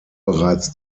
bereits